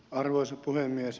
arvoisa puhemies